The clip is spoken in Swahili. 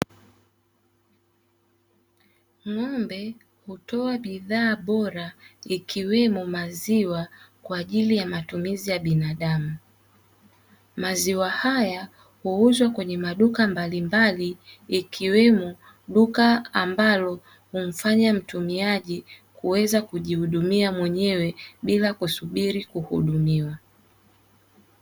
Ng'ombe hutoa bidhaa bora ikiwemo maziwa kwa ajili ya matumizi ya binadamu. Maziwa haya huuzwa kwenye maduka mbalimbali ikiwemo duka ambalo humfanya mtumiaji kuweza kujihudumia mwenyewe bila kusubiri kuhudumiwa.